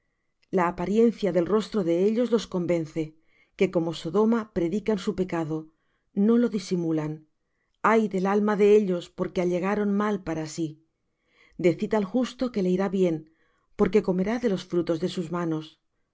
la apariencia del rostro de ellos los convence que como sodoma predican su pecado no lo disimulan ay del alma de ellos porque allegaron mal para sí decid al justo que le irá bien porque comerá de los frutos de sus manos